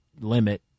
limit